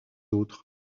autres